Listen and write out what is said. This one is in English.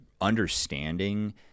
understanding